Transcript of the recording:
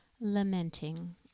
lamenting